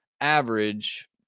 average